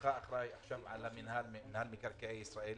בהיותך אחראי על רשות מקרקעי ישראל,